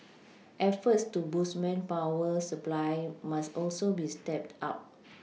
efforts to boost manpower supply must also be stepped up